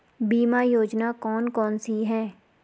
बीमा योजना कौन कौनसी हैं?